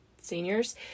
Seniors